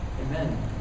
Amen